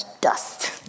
dust